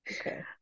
okay